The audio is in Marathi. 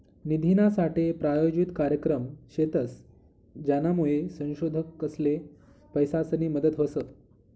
निधीनासाठे प्रायोजित कार्यक्रम शेतस, ज्यानामुये संशोधकसले पैसासनी मदत व्हस